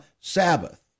Sabbath